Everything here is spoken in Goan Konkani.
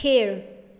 खेळ